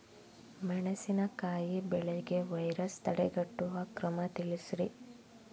ಮೆಣಸಿನಕಾಯಿ ಬೆಳೆಗೆ ವೈರಸ್ ತಡೆಗಟ್ಟುವ ಕ್ರಮ ತಿಳಸ್ರಿ